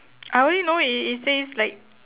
I only know it it says like